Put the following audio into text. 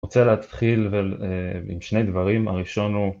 רוצה להתחיל עם שני דברים, הראשון הוא